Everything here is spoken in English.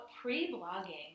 pre-blogging